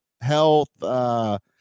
health